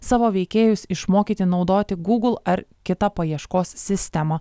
savo veikėjus išmokyti naudoti gūgl ar kitą paieškos sistemą